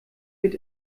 wird